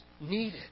needed